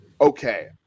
okay